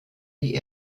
die